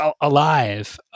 alive